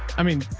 i mean,